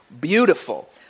beautiful